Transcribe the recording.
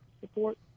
support